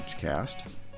Cast